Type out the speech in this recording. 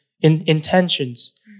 intentions